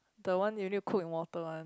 the one you need to cook in water one